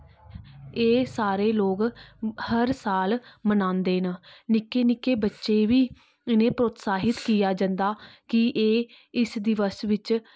एह् सारे लोक हर साल मनांदे ना निक्के निक्के बच्चे बी इनें गी प्रोतसाहित कीता जंदा कि एह् इस दिवस बिच